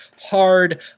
hard